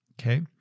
Okay